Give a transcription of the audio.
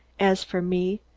as for me,